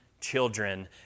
children